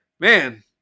Man